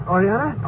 Oriana